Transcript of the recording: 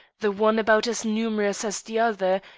the one about as numerous as the other,